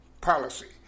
policy